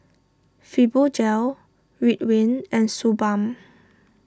Fibogel Ridwind and Suu Balm